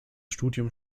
studium